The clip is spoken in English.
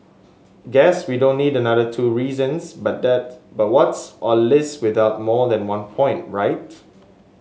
guess we don't need another two reasons but that but what's a list without more than one point right